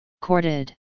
Corded